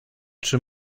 czy